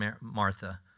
Martha